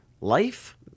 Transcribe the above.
Life